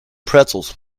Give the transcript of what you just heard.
pretzels